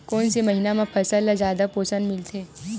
कोन से महीना म फसल ल जादा पोषण मिलथे?